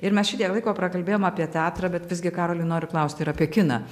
ir mes šitiek laiko prakalbėjom apie teatrą bet visgi karoli noriu klaust ir apie kiną